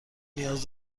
نیاز